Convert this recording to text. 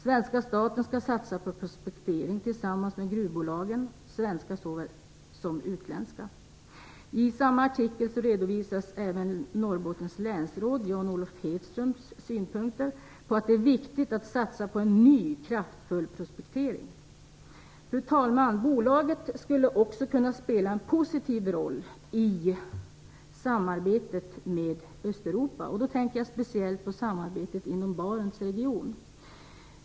Svenska staten ska satsa på prospektering tillsammans med gruvbolagen, svenska såväl som utländska." I samma artikel redovisas även Norrbottens länsråd Jan-Olof Hedströms synpunkt att det är viktigt att satsa på ny, kraftfull prospektering. Fru talman! Bolaget skulle också kunna spela en positiv roll i samarbetet med Östeuropa. Då tänker jag speciellt på samarbetet inom Barents region.